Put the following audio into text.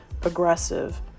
progressive